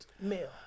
male